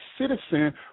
citizen